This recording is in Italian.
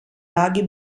laghi